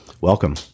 welcome